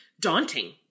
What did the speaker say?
daunting